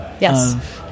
Yes